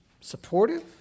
supportive